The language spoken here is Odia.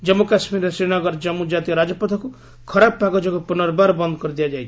ଜନ୍ମୁ କାଶ୍ମୀରରେ ଶ୍ରୀନଗର ଜନ୍ମୁ ଜାତୀୟ ରାଜପଥକୁ ଖରାପ ପାଗ ଯୋଗୁଁ ପୁନର୍ବାର ବନ୍ଦ୍ କରିଦିଆଯାଇଛି